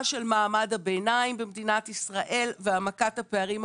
של מעמד הביניים במדינת ישראל והעמקת הפערים החברתיים.